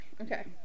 okay